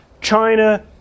China